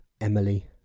Emily